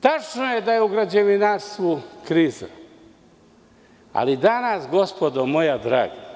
Tačno je da je u građevinarstvu kriza, ali danas gospodo moja draga